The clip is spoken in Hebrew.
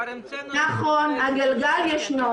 נכון, הגלגל ישנו.